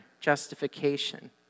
justification